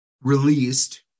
released